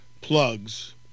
plugs